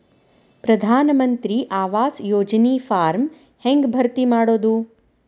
ಪ್ರಧಾನ ಮಂತ್ರಿ ಆವಾಸ್ ಯೋಜನಿ ಫಾರ್ಮ್ ಹೆಂಗ್ ಭರ್ತಿ ಮಾಡೋದು?